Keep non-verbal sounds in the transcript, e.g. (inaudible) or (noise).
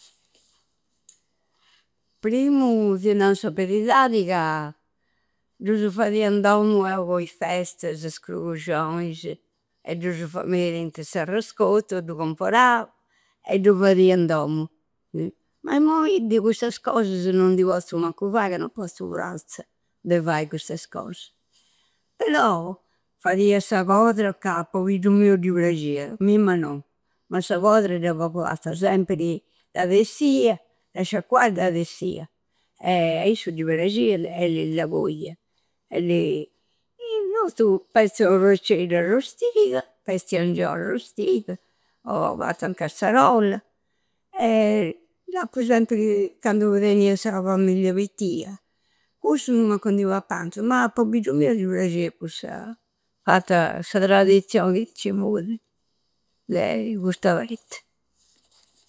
Primu, ti nau sa beridadi, ca dusu fadia in dommu eu po is festasa is grugugioisi e dusu fa. Me teinti s'arrescottu, du comporau e du fadia in dommu. (hesitation) Ma immoi de custas cosasa non di pozzu mancu fai ca no pottu trassa de fai custas cosas. Però, fadia sa codra ca pobiddu miu di prasciada, a mimma no. Ma sa codra d'appu fatta sempri. Da bessia, da sciacquau e da bessia e (hesitation) a issu di prasciada e di da coghia. E lì. Ih! Nostu! Pezza procceddu arrostida, pezza e angioi arrosdida o fatta in cassarolla e. (hesitation) D'appu sepri, candu benia sa famiglia pittia. Cussu mancu di pappanta ma, pobbiddu miu di prascia cussa fatta a sa tradizioi chi ci fudi, de custa praitta.